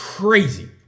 crazy